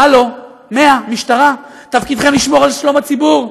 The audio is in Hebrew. הלו, 100, משטרה, תפקידכם לשמור על שלום הציבור,